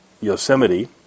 Yosemite